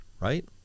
right